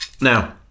Now